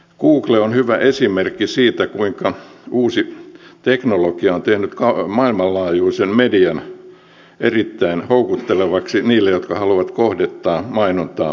google on hyvä esimerkki siitä kuinka uusi teknologia on tehnyt maailmanlaajuisen median erittäin houkuttelevaksi niille jotka haluavat kohdentaa mainontaa yksilötasolla